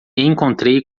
encontrei